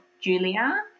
Julia